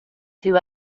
two